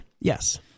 Yes